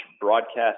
broadcast